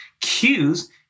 cues